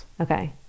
okay